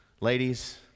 ladies